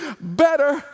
better